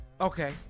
Okay